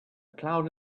cloud